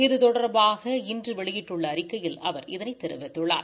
இது தொடர்பாக இன்று அவர் வெளியிட்டுள்ள அறிக்கையில் அவர் இதனைத் தெரிவித்துள்ளார்